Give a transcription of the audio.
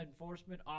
enforcement